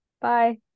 bye